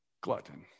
glutton